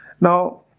Now